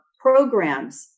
programs